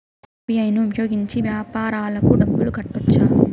UPI ను ఉపయోగించి వ్యాపారాలకు డబ్బులు కట్టొచ్చా?